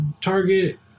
target